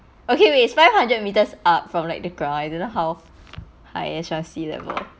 okay it is five hundred meters up from like the ground I don't know how high it is from sea level